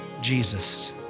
Jesus